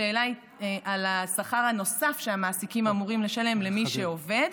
השאלה היא על השכר הנוסף שהמעסיקים אמורים לשלם למי שעובד,